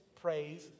praise